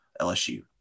LSU